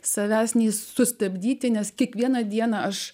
savęs nei sustabdyti nes kiekvieną dieną aš